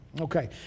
Okay